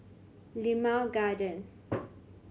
Limau Garden